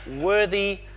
worthy